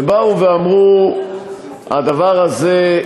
ובאו ואמרו, הדבר הזה,